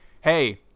hey